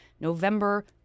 november